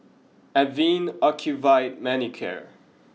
Avene Ocuvite Manicare